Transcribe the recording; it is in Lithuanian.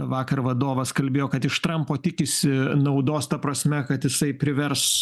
vakar vadovas kalbėjo kad iš trampo tikisi naudos ta prasme kad jisai privers